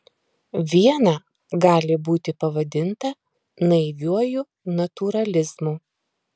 viena gali būti pavadinta naiviuoju natūralizmu